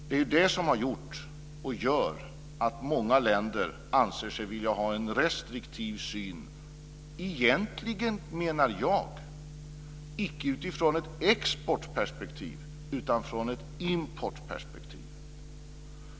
Det är vad som har gjort och gör att många länder sig vilja ha en restriktiv syn. Jag menar egentligen att detta icke gäller utifrån ett exportperspektiv utan från ett importperspektiv.